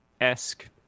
esque